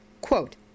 quote